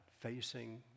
facing